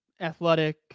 athletic